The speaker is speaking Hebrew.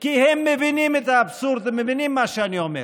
כי הם מבינים את האבסורד, הם מבינים מה שאני אומר.